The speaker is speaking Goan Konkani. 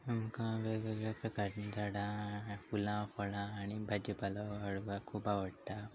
आमकां वेगवेगळ्या प्रकाराचीं झाडां फुलां फळां आनी भाजी पालो वाडोवपाक खूब आवडटा